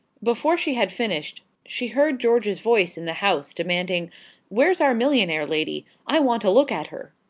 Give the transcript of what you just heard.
before she had finished, she heard george's voice in the house demanding where's our millionaire lady? i want a look at her.